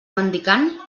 mendicant